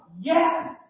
Yes